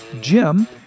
Jim